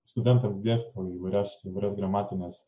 studentams dėsto įvairias įvairias gramatines